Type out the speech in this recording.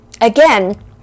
Again